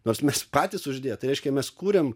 nors mes patys uždėjom tai reiškia mes kuriam